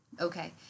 Okay